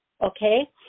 Okay